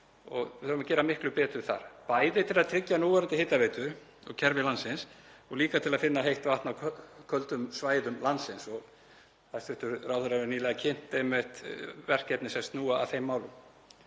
og við eigum að gera miklu betur þar, bæði til að tryggja núverandi hitaveitu og -kerfi landsins og líka til að finna heitt vatn á köldum svæðum landsins. Hæstv. ráðherra hefur einmitt nýlega kynnt verkefni sem snúa að þeim málum.